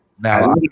Now